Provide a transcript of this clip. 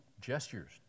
gestures